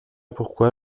pourquoi